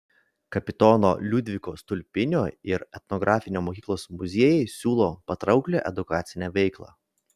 kapitono liudviko stulpino ir etnografinis mokyklos muziejai siūlo patrauklią edukacinę veiklą